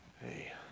Hey